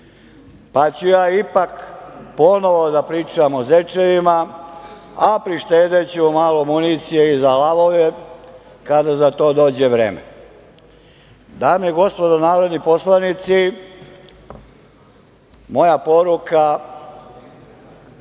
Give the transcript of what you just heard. ja ću ipak ponovo da pričam o zečevima a prištedeću malo municije i za lavove kada za to dođe vreme. Dame i gospodo narodni poslanici, moja poruka